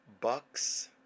Buck's